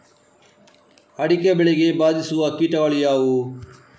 ಅಡಿಕೆ ಬೆಳೆಗೆ ಬಾಧಿಸುವ ಕೀಟಗಳು ಯಾವುವು?